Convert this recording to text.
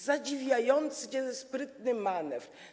Zadziwiająco sprytny manewr.